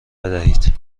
بدهید